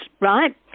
right